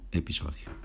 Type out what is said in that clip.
episodio